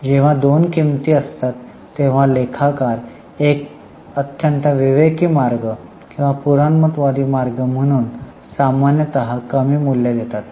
जेव्हा दोन किमती असतात तेव्हा लेखाकार एक अत्यंत विवेकी मार्ग किंवा पुराणमतवादी मार्ग म्हणून सामान्यतकमी मूल्य देतात